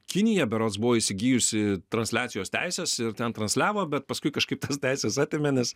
kinija berods buvo įsigijusi transliacijos teises ir ten transliavo bet paskui kažkaip tas teises atėmė nes